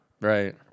Right